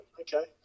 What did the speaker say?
Okay